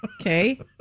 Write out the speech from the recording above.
Okay